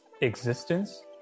existence